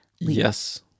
Yes